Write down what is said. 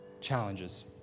challenges